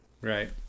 right